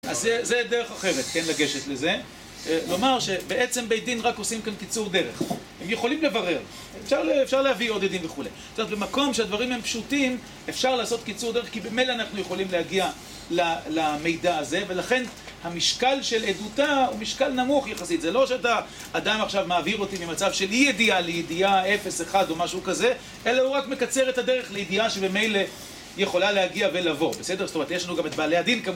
אז זו דרך אחרת, כן, לגשת לזה. לומר שבעצם בית דין רק עושים כאן קיצור דרך. הם יכולים לברר. אפשר להביא עוד עדים וכולי. זאת אומרת, במקום שהדברים הם פשוטים, אפשר לעשות קיצור דרך, כי במילא אנחנו יכולים להגיע למידע הזה, ולכן המשקל של עדותה הוא משקל נמוך יחסית. זה לא שאתה, אדם עכשיו, מעביר אותי ממצב של אי ידיעה לידיעה, 0, 1, או משהו כזה, אלא הוא רק מקצר את הדרך לידיעה שבמילא היא יכולה להגיע ולבוא, בסדר? זאת אומרת, יש לו גם את בעלי הדין כמובן